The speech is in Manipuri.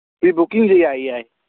ꯄ꯭ꯔꯤ ꯕꯨꯀꯤꯡꯁꯦ ꯌꯥꯏ ꯌꯥꯏ